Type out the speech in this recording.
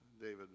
David